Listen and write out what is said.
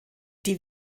die